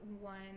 one